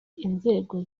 inzego